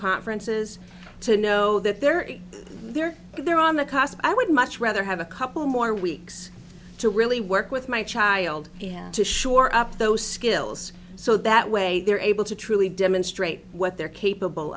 conferences to know that they're in there they're on the i would much rather have a couple more weeks to really work with my child to shore up those skills so that way they're able to truly demonstrate what they're capable